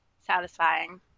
satisfying